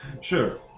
Sure